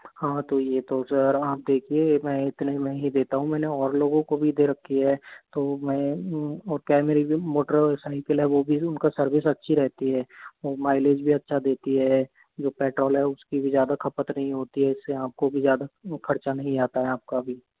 हाँ तो ये तो सर आप देखिए मैं इतने में ही देता हूँ मैंने और लोगों को भी दे रखी है तो मैं और क्या है मेरी जो मोटरसाइकिल वो भी उनका सर्विस अच्छी रहती है और माइलेज भी अच्छा देती है जो पेट्रोल है उसकी भी ज़्यादा खपत नहीं होती है इससे आपको भी ज़्यादा खर्चा नहीं आता है आपका भी